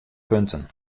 punten